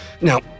Now